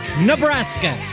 Nebraska